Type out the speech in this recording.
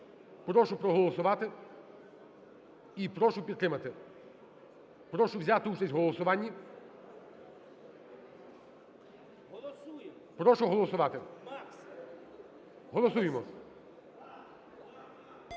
Прошу проголосувати і прошу підтримати. Прошу взяти участь в голосуванні. Прошу голосувати. Голосуємо.